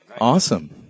Awesome